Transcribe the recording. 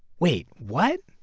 wait what?